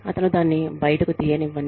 అతను దాన్ని బయటకు తీయనివ్వండి